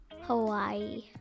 Hawaii